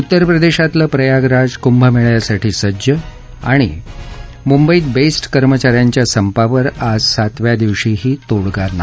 उत्तरप्रदेशातलं प्रयागराज कुंभमेळयासाठी सज्ज मुंबईत बेस्ट कर्मचाऱ्यांच्या संपावर आज सातव्या दिवशीही तोडगा नाही